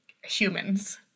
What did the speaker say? humans